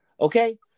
okay